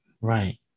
Right